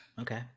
Okay